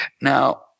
Now